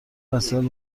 وسایل